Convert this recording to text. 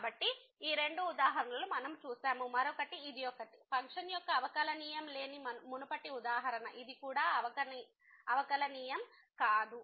కాబట్టి ఈ రెండు ఉదాహరణలను మనం చూశాము మరొకటి ఇది ఒకటి ఫంక్షన యొక్క అవకలనియమం లేని మునుపటి ఉదాహరణ ఇది కూడా అవకలనియమం కాదు